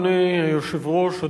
אדוני היושב-ראש,